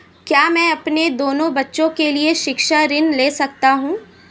क्या मैं अपने दोनों बच्चों के लिए शिक्षा ऋण ले सकता हूँ?